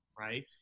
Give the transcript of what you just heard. right